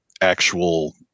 actual